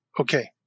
okay